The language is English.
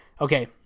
Okay